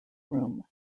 room